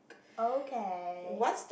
okay